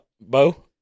Bo